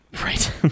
right